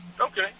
okay